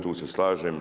Tu se slažem.